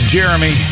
Jeremy